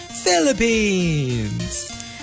Philippines